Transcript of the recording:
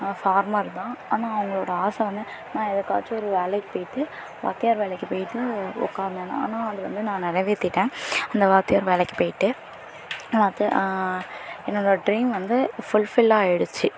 farmer தான் ஆனால் அவர்களோட ஆசை வந்து நான் எதுக்காச்சும் ஒரு வேலைக்கு போய்விட்டு வாத்தியார் வேலைக்கு போய்விட்டு ஒ உக்கார்ணும் ஆனால் அதை வந்து நான் நிறைவேத்திட்டேன் அந்த வாத்தியார் வேலைக்கு போய்விட்டு அப்போ என்னோட ட்ரீம் வந்து ஃபுல்ஃபில்லாக ஆகிடுச்சி